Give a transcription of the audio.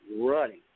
running